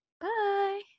Bye